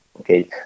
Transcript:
okay